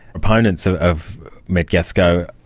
opponents so of metgasco,